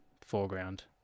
foreground